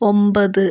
ഒമ്പത്